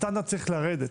הסטנדרט צריך לרדת.